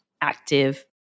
active